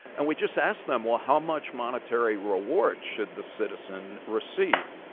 and we just asked them, well, how much monetary reward should the citizen receive?